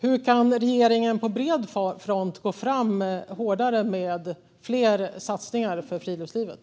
Hur kan regeringen på bred front gå fram hårdare med fler satsningar för friluftslivet?